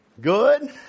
Good